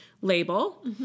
label